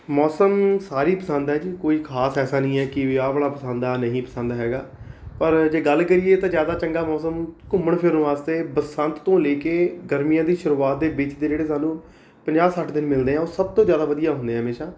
ਮੌਸਮ ਸਾਰੇ ਹੀ ਪਸੰਦ ਹੈ ਜੀ ਕੋਈ ਖ਼ਾਸ ਐਸਾ ਨਹੀਂ ਹੈ ਕਿ ਆਹ ਵਾਲਾ ਪਸੰਦ ਹੈ ਆਹ ਨਹੀਂ ਪਸੰਦ ਹੈਗਾ ਪਰ ਜੇ ਗੱਲ ਕਰੀਏ ਤਾਂ ਜ਼ਿਆਦਾ ਚੰਗਾ ਮੌਸਮ ਘੁੰਮਣ ਫਿਰਨ ਵਾਸਤੇ ਬਸੰਤ ਤੋਂ ਲੈ ਕੇ ਗਰਮੀਆਂ ਦੀ ਸ਼ੁਰੂਆਤ ਦੇ ਵਿੱਚ ਦੇ ਜਿਹੜੇ ਸਾਨੂੰ ਪੰਜਾਹ ਸੱਠ ਦਿਨ ਮਿਲਦੇ ਆ ਉਹ ਸਭ ਤੋਂ ਜ਼ਿਆਦਾ ਵਧੀਆ ਹੁੰਦੇ ਆ ਹਮੇਸ਼ਾ